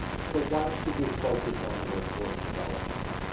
so why should we focus on workforce development?